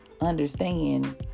understand